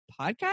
podcast